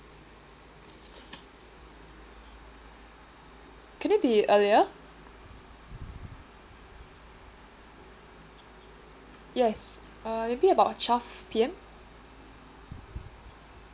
can it be earlier yes uh maybe about twelve P_M